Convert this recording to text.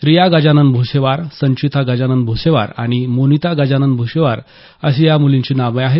रिया गजानन भूसेवार संचिता गजानन भूसेवार आणि मोनिता गजानन भूसेवार अशी या मूलींची नावं आहेत